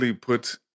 put